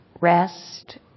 rest